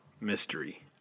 Mystery